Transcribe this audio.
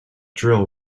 drill